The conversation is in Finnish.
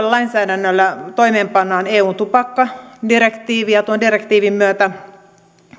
lainsäädännöllä toimeenpannaan eun tupakkadirektiivi tuon direktiivin myötä